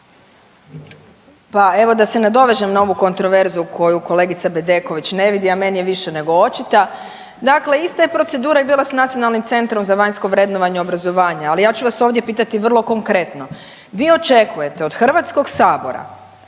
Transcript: Pa evo da se nadovežem na ovu kontroverzu koju kolegica Bedeković ne vidi, a meni je više nego očita. Dakle, ista je procedura bila s Nacionalnim centrom za vanjsko vrednovanje obrazovanja. Ali ja ću vas ovdje pitati vrlo konkretno, vi očekujete od HS-a da